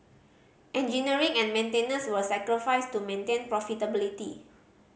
engineering and maintenance were sacrificed to maintain profitability